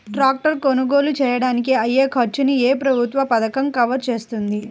Tractor కొనుగోలు చేయడానికి అయ్యే ఖర్చును ఏ ప్రభుత్వ పథకం కవర్ చేస్తుంది?